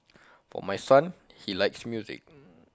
for my son he likes music